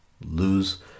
lose